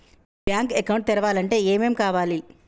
Bank account తెరవాలంటే ఏమేం కావాలి?